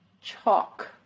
chalk